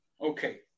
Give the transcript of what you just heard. Okay